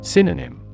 Synonym